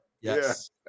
Yes